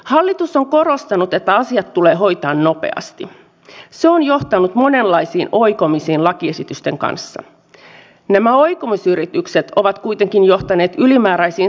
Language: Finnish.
millä aikataululla katsotte että nämä laajennetut suomalaisten sotilaiden osallistumiset ulkomaisiin operaatioihin se laki voivat tulla tänne eduskuntaan ensi kevätkaudella